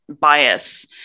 bias